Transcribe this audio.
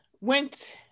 went